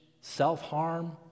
self-harm